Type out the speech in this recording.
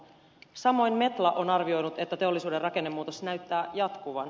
samoin metla on arvioinut että teollisuuden rakennemuutos näyttää jatkuvan